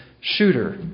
Shooter